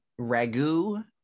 Ragu